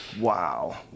Wow